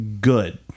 good